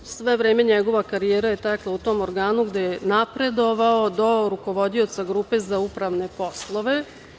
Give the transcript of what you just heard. Sve vreme njegova karijera je tekla u tom organu, gde je napredovao do rukovodioca grupe za upravne poslove.